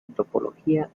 antropología